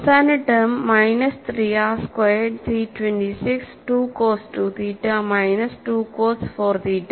അവസാന term minus 3 R squared C 26 2 cos 2 theta minus 2 cos 4 തീറ്റ